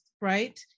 right